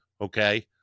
okay